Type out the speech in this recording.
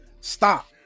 Stop